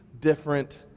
different